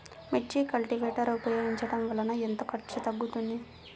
మిర్చి కల్టీవేటర్ ఉపయోగించటం వలన ఎంత ఖర్చు తగ్గుతుంది?